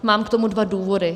Mám k tomu dva důvody.